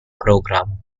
program